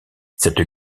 cette